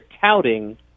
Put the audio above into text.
touting